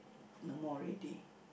no more already